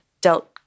dealt